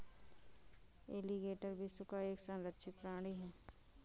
alligator विश्व का एक संरक्षित प्राणी है